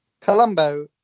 Colombo